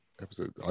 episode